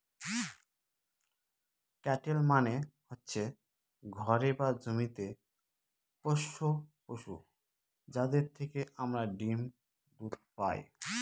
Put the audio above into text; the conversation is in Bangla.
ক্যাটেল মানে হচ্ছে ঘরে বা জমিতে পোষ্য পশু, যাদের থেকে আমরা ডিম দুধ পায়